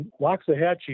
Loxahatchee